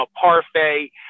parfait